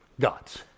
God's